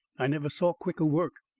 i never saw quicker work.